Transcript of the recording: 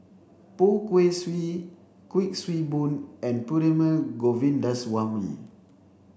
Poh Kay Swee Kuik Swee Boon and Perumal Govindaswamy